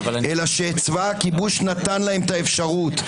אלא שצבא הכיבוש נתן להם את האפשרות,